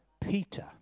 Peter